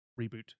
reboot